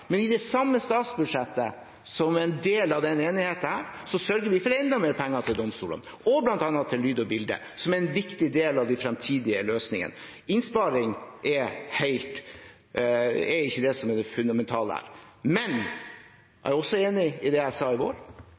men i det samme statsbudsjettet som er en del av denne enigheten, sørger vi for enda mer penger til domstolene, også bl.a. til lyd og bilde, som er en viktig del av de fremtidige løsningene. Innsparing er ikke det fundamentale her. Men jeg er også enig i det jeg sa i